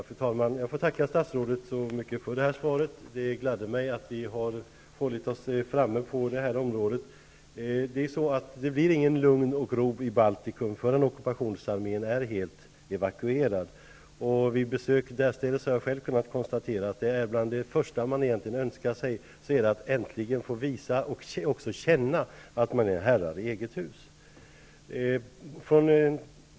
Fru talman! Jag får tacka statsrådet så mycket för svaret. Det gladde mig att vi har hållit oss framme på det här området. Det blir ingen lugn och ro i Baltikum förrän ockupationsarmén är helt evakuerad. Vid besök därstädes har jag själv kunnat konstatera att bland det första som man önskar sig är att få visa och också känna att man är herre i sitt eget hus.